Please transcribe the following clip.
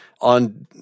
on